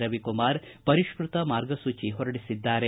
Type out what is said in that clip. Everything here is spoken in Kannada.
ರವಿಕುಮಾರ್ ಪರಿಷ್ಣತ ಮಾರ್ಗಸೂಚಿ ಹೊರಡಿಸಿದ್ದಾರೆ